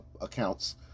accounts